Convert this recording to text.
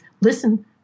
listen